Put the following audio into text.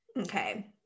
Okay